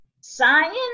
science